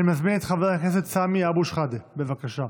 אני מזמין את חבר הכנסת סמי אבו שחאדה, בבקשה.